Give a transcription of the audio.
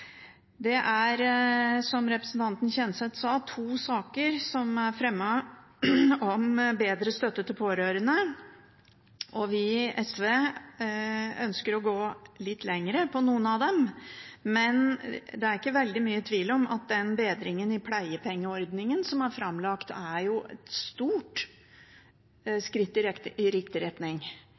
Det er SV enig i. Det er, som representanten Kjenseth sa, to saker som er fremmet om bedre støtte til pårørende, og vi i SV ønsker å gå litt lenger på noe av det. Men det er ikke veldig mye tvil om at den bedringen i pleiepengeordningen som er framlagt, er et stort skritt i riktig retning